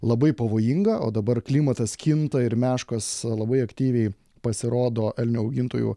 labai pavojinga o dabar klimatas kinta ir meškos labai aktyviai pasirodo elnių augintojų